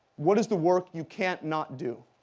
what is the work you can't not do?